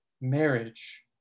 Marriage